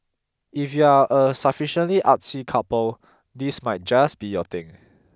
if you are a sufficiently artsy couple this might just be your thing